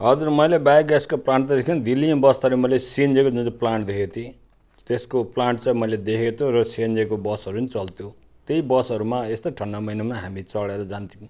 हजुर मैले बायोग्यासको प्लान्ट त दिल्ली बस्दाखेरि मैले सिएनजीको जुन चाहिँ प्लान्ट देखेको चाहिँ कि त्यसको प्लान्ट चाहिँ मैले देखेको थियो र सिएनजीको बसहरू नि चल्थ्यो त्यही बसहरूमा यस्ता ठन्डा महिनामा हामीले चढेर जान्थ्यौँ